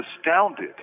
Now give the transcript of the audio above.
astounded